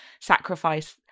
sacrifice